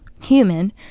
human